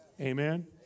Amen